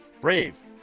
brave